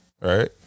right